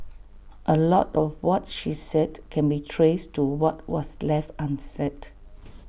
A lot of what she said can be traced to what was left unsaid